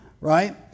right